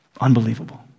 Unbelievable